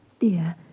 Dear